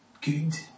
good